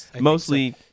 Mostly